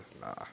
Nah